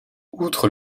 outre